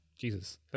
Jesus